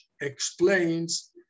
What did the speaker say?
explains